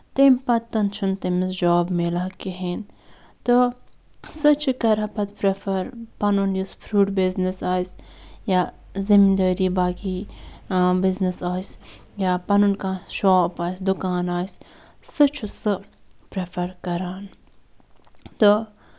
تٔمۍ پَتَن چھُنہٕ تٔمِس جاب میلان کِہیٖنٛۍ تہٕ سۄ چھےٚ کران پَتہٕ پپرٛیفر پَنُن یُس فرٛوٗٹ بِزنِس آسہِ یا زٔمیٖن دٲری باقٕے بِزنِس آسہِ یا پَنُن کانٛہہ شاپ آسہِ دُکان آسہِ سُہ چھُ سُہ پرٛیٚفر کران تہٕ